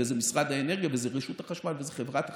וזה משרד האנרגיה וזו רשות החשמל וזו חברת החשמל.